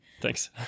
Thanks